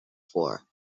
for